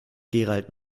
gerald